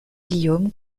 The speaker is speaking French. guillaume